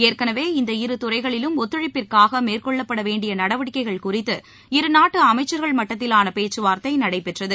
ஏற்கெனவே இந்த இரு துறைகளிலும் ஒத்துழைப்பிற்காக மேற்கொள்ளப்பட வேண்டிய நடவடிக்கைகள் குறித்து இரு நாட்டு அமைச்சர்கள் மட்டத்திலான பேச்சு வார்த்தை நடைபெற்றது